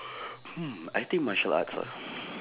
hmm I think martial arts ah